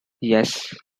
yes